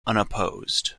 unopposed